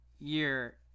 year